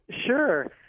Sure